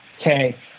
okay